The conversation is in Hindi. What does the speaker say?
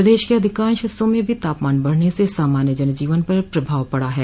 प्रदेश के अधिकांश हिस्सों में भी तापमान के बढ़ने से सामान्य जनजीवन पर प्रभाव पड़ा है